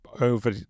over